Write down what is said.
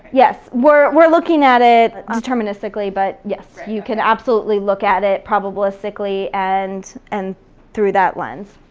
yes, we're we're looking at it deterministically, but, yes, you can absolutely look at it probabilistically and and through that lens.